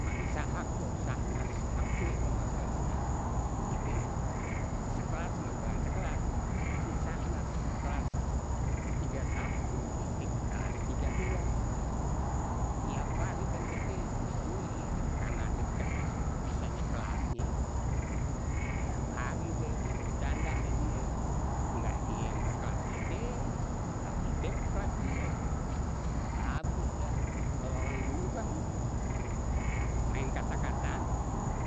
Marisa haq tuh, shahnaz haq kue kalau nggak salah kite sekelas sekelas, si shahnaz kelas tiga satu kite kelas tiga dua tiap hari khan kite istilahnye ie karna deket istilahnye kelasnye, tiap hari deh kite becanda ame die, nggak die yang ke kelas kite nggak kite yang ke kelas die, abis dah kalau orang dulu kan maen kata-kataan